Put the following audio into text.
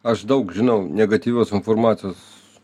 aš daug žinau negatyvios informacijos